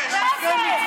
היא צריכה להתבייש?